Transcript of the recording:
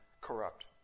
corrupt